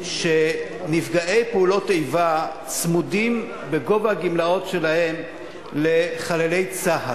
נפגעי פעולות איבה צמודים בגובה הגמלאות שלהם לחללי צה"ל.